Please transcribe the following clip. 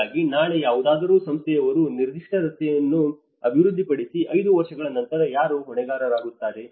ಹೀಗಾಗಿ ನಾಳೆ ಯಾವುದಾದರೂ ಸಂಸ್ಥೆಯವರು ನಿರ್ದಿಷ್ಟ ರಸ್ತೆಯನ್ನು ಅಭಿವೃದ್ಧಿ ಪಡಿಸಿ 5 ವರ್ಷಗಳ ನಂತರ ಯಾರು ಹೊಣೆಗಾರರಾಗುತ್ತಾರೆ